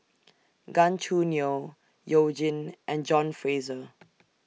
Gan Choo Neo YOU Jin and John Fraser